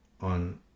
on